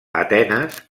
atenes